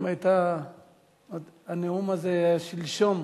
אם הנאום הזה היה שלשום,